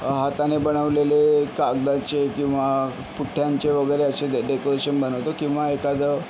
हाताने बनवलेले कागदाचे किंवा पुठ्ठ्यांचे वगैरे अशे डे डेकोरेशन बनवतो किंवा एखादं